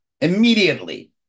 immediately